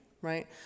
right